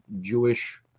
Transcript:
Jewish